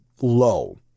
low